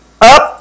up